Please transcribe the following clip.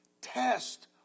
Test